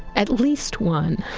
at least one